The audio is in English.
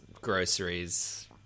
groceries